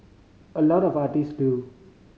a lot of artist do